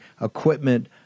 equipment